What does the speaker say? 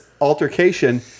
altercation